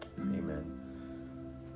Amen